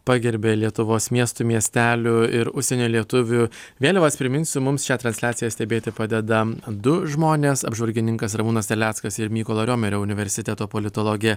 pagerbė lietuvos miestų miestelių ir užsienio lietuvių vėliavas priminsiu mums šią transliaciją stebėti padeda du žmonės apžvalgininkas ramūnas terleckas ir mykolo riomerio universiteto politologė